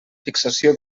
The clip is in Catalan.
fixació